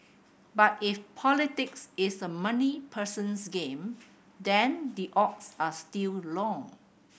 but if politics is a money person's game then the odds are still long